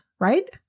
Right